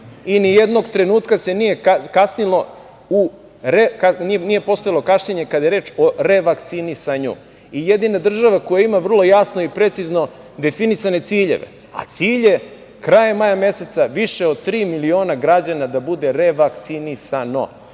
i nijednog trenutka se nije kasnilo, nije postojalo kašnjenje kada je reč o revakcinisanju. Jedina država koja ima vrlo jasnu i precizno definisane ciljeve. A cilj je, krajem maja meseca više od tri miliona građana da bude revakcinisano